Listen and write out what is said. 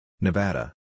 Nevada